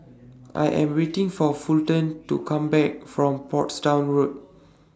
I Am waiting For Fulton to Come Back from Portsdown Road